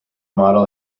model